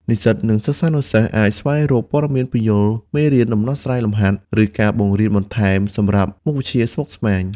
និស្សិត និងសិស្សានុសិស្សអាចស្វែងរកវីដេអូពន្យល់មេរៀន ដំណោះស្រាយលំហាត់ ឬការបង្រៀនបន្ថែមសម្រាប់មុខវិជ្ជាស្មុគស្មាញ។